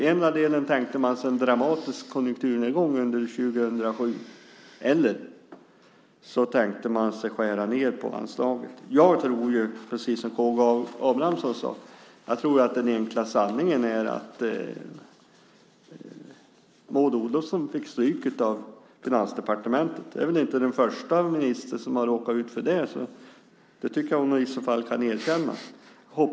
Endera tänkte man sig en dramatisk konjunkturnedgång under 2007 eller så tänkte man skära ned på anslaget. Jag tror, precis som K G Abramsson sade, att den enkla sanningen är att Maud Olofsson fick stryk av Finansdepartementet. Hon vore väl inte den första minister som råkat ut för det, och jag tycker att hon i så fall kan erkänna det.